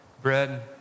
bread